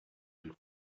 been